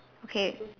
okay